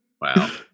Wow